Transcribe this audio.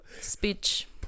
speech